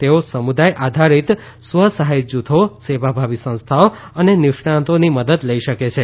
તેઓ સમુદાય આધારિત સ્વ સહાય જૂથો સેવાભાવી સંસ્થાઓ અને નિષ્ણાંતોની મદદ લઇ શકે છે